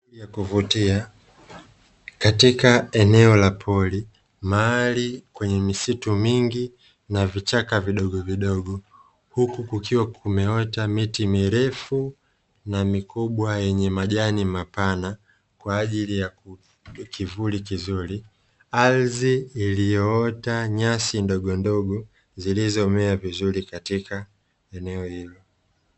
Mandhari ya kuvutia katika eneo la pori, mahali kwenye misitu mingi na vichaka vidogovidogo, huku kukiwa kumeota miti mirefu na mikubwa yenye majani mapana kwa ajili ya kivuli kizuri. Ardhi iliyoota nyasi ndogondogo zilizomea vizuri katika eneo hilo.